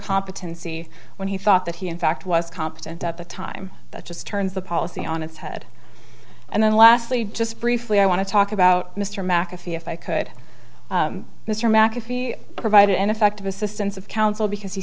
competency when he thought that he in fact was competent at the time that just turns the policy on its head and then lastly just briefly i want to talk about mr mcafee if i could mr mcafee provided ineffective assistance of counsel because he